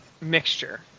mixture